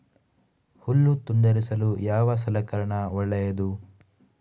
ಹುಲ್ಲು ತುಂಡರಿಸಲು ಯಾವ ಸಲಕರಣ ಒಳ್ಳೆಯದು?